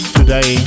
today